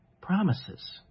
promises